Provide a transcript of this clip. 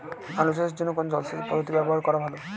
আলু চাষের জন্য কোন জলসেচ পদ্ধতি ব্যবহার করা ভালো?